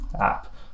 app